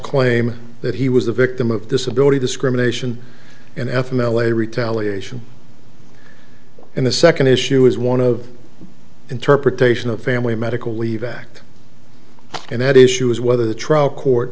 claim that he was the victim of disability discrimination in f m l a retaliation and the second issue is one of interpretation of family medical leave act and that issue is whether the trial court